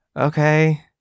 okay